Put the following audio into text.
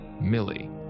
Millie